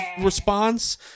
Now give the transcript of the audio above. response